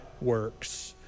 works